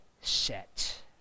set